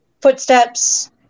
footsteps